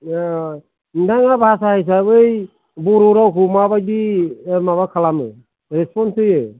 नोंथाङा भाषा हिसाबै बर' रावखौ माबादि माबा खालामो रेसपन्स होयो